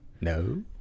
No